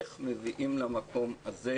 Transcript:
איך מביאים למקום הזה,